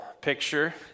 picture